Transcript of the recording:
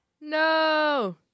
No